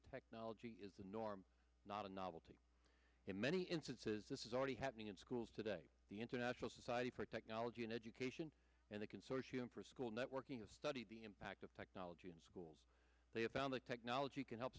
technology is the norm not a novelty in many instances this is already happening in schools today the international society for technology and education and the consortium for school networking a study of the impact of technology in schools they have found that technology can help